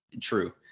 true